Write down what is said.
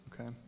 Okay